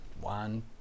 one